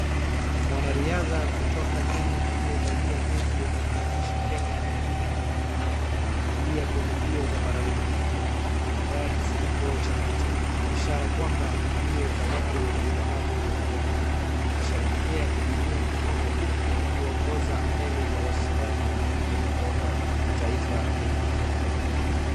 Mwanariadha kutoka Kenya aliyevalia jezi yenye maandishi Kenya na jina Kimani anakimbia kwenye mbio za Para-lympiki . Anavaa kifuniko cha macho ishara kwamba ni mbio za watu wenye ulemavu wa kuona. Anasheherekea kwa kuinua mikono huku akiongoza mbele ya washindani wengine kutoka mataifa mengine.